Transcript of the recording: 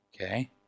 Okay